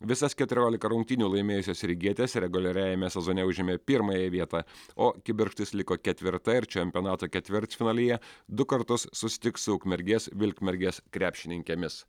visas keturiolika rungtynių laimėjusios rygietės reguliariajame sezone užėmė pirmąją vietą o kibirkštis liko ketvirta ir čempionato ketvirtfinalyje du kartus susitiks su ukmergės vilkmergės krepšininkėmis